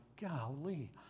golly